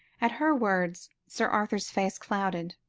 at her words, sir arthur's face clouded.